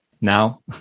now